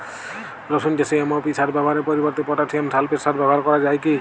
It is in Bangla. রসুন চাষে এম.ও.পি সার ব্যবহারের পরিবর্তে পটাসিয়াম সালফেট সার ব্যাবহার করা যায় কি?